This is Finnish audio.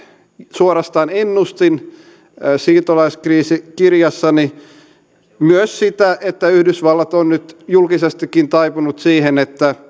suorastaan ennustin siirtolaiskriisi kirjassani myös sitä että yhdysvallat on nyt julkisestikin taipunut siihen että